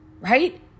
right